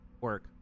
work